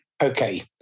Okay